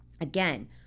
Again